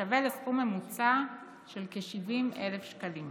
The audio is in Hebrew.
השווה לסכום ממוצע של כ-70,000 שקל.